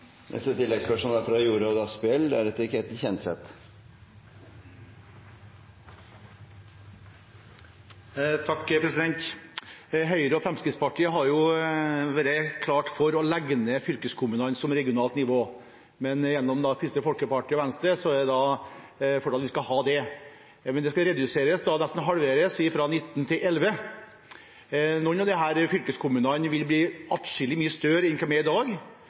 Jorodd Asphjell – til oppfølgingsspørsmål. Høyre og Fremskrittspartiet har jo vært klar for å legge ned fylkeskommunen som regionalt nivå. Kristelig Folkeparti og Venstre er for at man skal ha det, men det skal reduseres, nesten halveres, fra 19 til 11. Noen av disse fylkeskommunene vil bli atskillig mye større enn de er i dag.